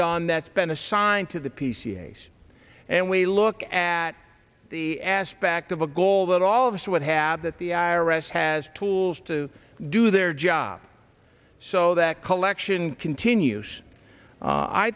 done that's been assigned to the p c s and we look at the aspect of a goal that all of us would have that the i r s has tools to do their job so that collection continue